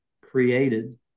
created